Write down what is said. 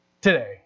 Today